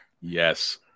Yes